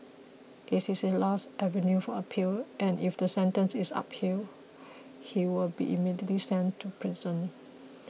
it is his last avenue for appeal and if the sentence is up peel he will be immediately sent to prison